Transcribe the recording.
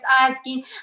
asking